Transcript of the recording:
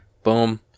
Boom